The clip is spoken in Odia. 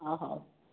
ଅ ହେଉ